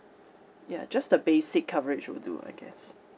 ya just the basic coverage will do I guess